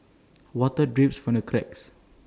water drips from the cracks